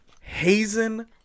Hazen